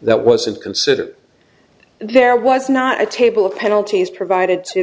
that wasn't considered there was not a table of penalties provided to